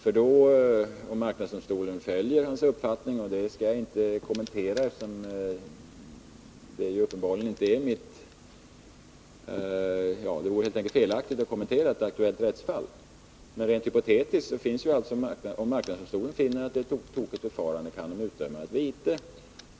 Om marknadsdomstolen följer KO:s uppfattning — det skall jag inte kommentera, för det vore felaktigt när det gäller ett aktuellt rättsfall — och finner att det är fråga om ett tokigt förfarande, så kan 51 den utdöma ett vite.